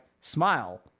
smile